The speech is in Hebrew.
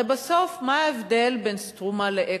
הרי בסוף מה ההבדל בין "סטרומה" ל"אקסודוס"?